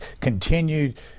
continued